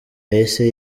yahise